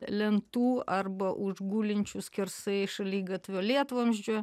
lentų arba už gulinčių skersai šaligatvio lietvamzdžių